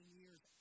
years